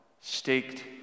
staked